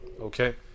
okay